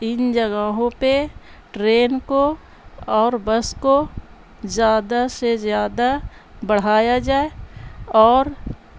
ان جگہوں پہ ٹرین کو اور بس کو زیادہ سے زیادہ بڑھایا جائے اور